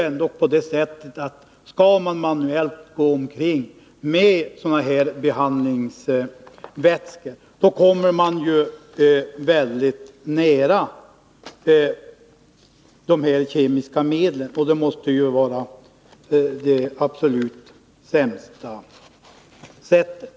Om man manuellt skall sprida sådana här behandlingsvätskor, då kommer man väldigt nära eller i direkt beröring med de kemiska medlen. Det måste vara det absolut sämsta sättet.